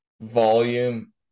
volume